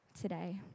today